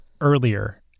earlier